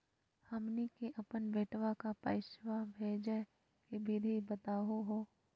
हमनी के अपन बेटवा क पैसवा भेजै के विधि बताहु हो?